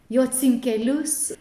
jo cinkelius